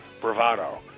bravado